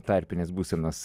tarpinės būsenos